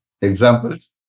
Examples